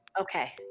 Okay